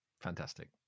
Fantastic